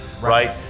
right